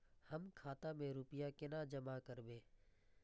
हम खाता में रूपया केना जमा करबे?